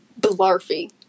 blarfy